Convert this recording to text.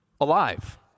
alive